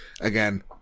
Again